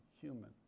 human